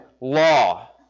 law